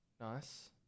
Nice